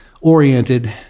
oriented